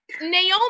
Naomi